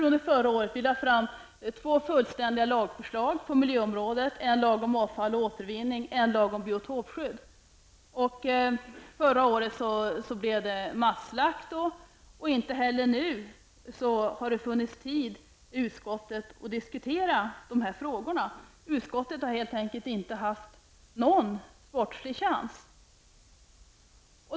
Under förra året lade vi fram två fullständiga lagförslag på miljöområdet: en lag om avfall och återvinning och en lag om biotopskydd. Förra året blev det masslakt. Inte heller nu har det funnits tid i utskottet att diskutera dessa frågor. Utskottet har helt enkelt inte haft någon sportslig chans.